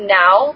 now